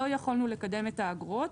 לא יכולנו לקדם את האגרות.